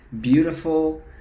beautiful